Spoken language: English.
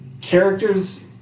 characters